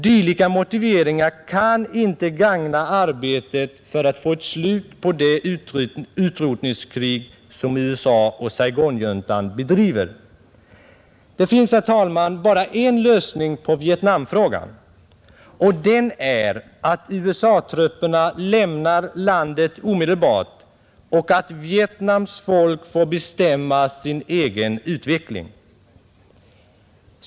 Dylika motiveringar kan inte gagna arbetet för att få ett slut på det utrotningskrig som USA och Saigonjuntan bedriver. Det finns, herr talman, bara en lösning på Vietnamfrågan, och den är att USA-trupperna lämnar landet omedelbart och att Vietnams folk får bestämma sin egen utveckling.